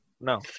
no